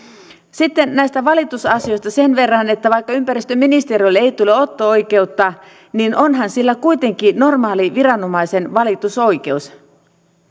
sitten näistä valitusasioista sen verran että vaikka ympäristöministeriölle ei tule otto oikeutta niin onhan sillä kuitenkin normaali viranomaisen valitusoikeus